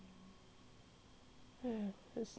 um